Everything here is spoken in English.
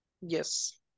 Yes